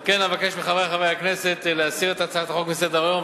על כן אבקש מחברי חברי הכנסת להסיר את הצעת החוק מסדר-היום.